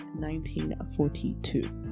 1942